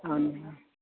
అవును మేడం